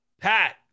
Pat